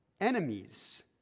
enemies